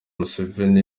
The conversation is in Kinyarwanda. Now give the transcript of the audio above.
museveni